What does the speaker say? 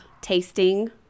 tasting